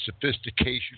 sophistication